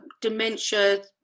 dementia